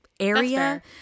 area